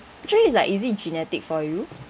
actually is like is it genetic for you